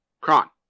Kron